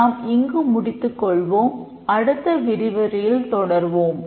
நாம் இங்கு முடித்துக் கொள்வோம் அடுத்த விரிவுரையில் தொடர்வோம்